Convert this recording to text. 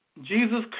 Jesus